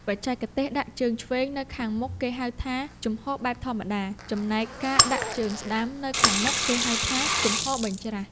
បច្ចេកទេសដាក់ជើងឆ្វេងនៅខាងមុខគេហៅថា ជំហរបែបធម្មតា ចំណែកការដាក់ជើងស្ដាំនៅខាងមុខគេហៅថា ជំហរបញ្ច្រាស។